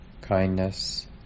kindness